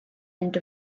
end